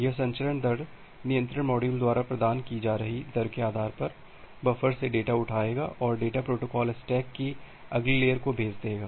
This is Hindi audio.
यह संचरण दर नियंत्रण मॉड्यूल द्वारा प्रदान की जा रही दर के आधार पर बफर से डेटा उठाएगा और डेटा प्रोटोकॉल स्टैक की अगली लेयर को भेजा जाएगा